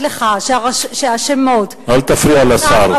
אני אומרת לך שהשמות, אל תפריע לשר.